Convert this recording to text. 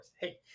Hey